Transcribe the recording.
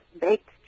baked